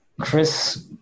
Chris